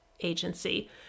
agency